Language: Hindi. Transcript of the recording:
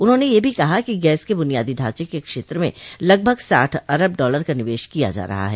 उन्होंने यह भी कहा कि गैस के बुनियादी ढांचे के क्षेत्र में लगभग साठ अरब डॉलर का निवेश किया जा रहा है